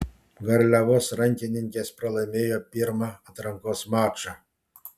garliavos rankininkės pralaimėjo pirmą atrankos mačą